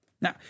Now